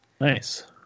Nice